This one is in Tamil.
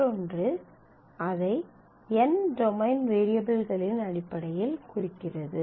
மற்றொன்று அதை n டொமைன் வேரியபிள்களின் அடிப்படையில் குறிக்கிறது